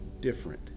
different